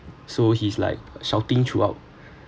so he's like shouting throughout